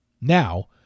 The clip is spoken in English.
Now